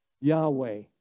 Yahweh